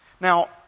Now